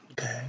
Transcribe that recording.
okay